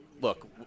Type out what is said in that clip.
look